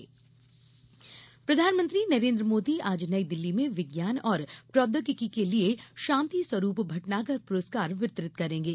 PM शांति पुरस्कार प्रधानमंत्री नरेन्द्र मोदी आज नई दिल्ली में विज्ञान और प्रौद्योगिकी के लिए शांति स्वरूप भट़नागर पुरस्कार वितरित करेंगे